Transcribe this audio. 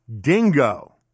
dingo